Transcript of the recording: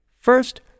first